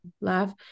laugh